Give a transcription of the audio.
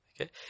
Okay